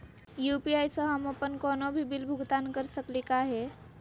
UPI स हम अप्पन कोनो भी बिल भुगतान कर सकली का हे?